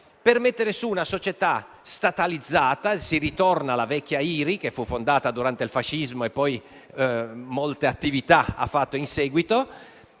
per mettere su una società statalizzata (si ritorna alla vecchia IRI, che fu fondata durante il fascismo e poi in seguito ha fatto molte